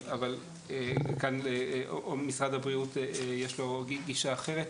אבל כאן למשרד הבריאות יש לו גישה אחרת.